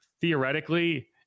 Theoretically